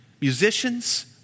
musicians